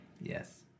yes